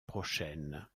prochaine